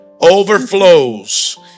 overflows